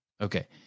okay